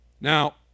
Now